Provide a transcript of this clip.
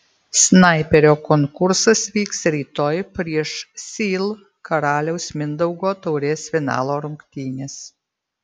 snaiperio konkursas vyks rytoj prieš sil karaliaus mindaugo taurės finalo rungtynes